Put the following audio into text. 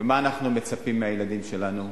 ומה אנחנו מצפים מהילדים שלנו?